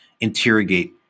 interrogate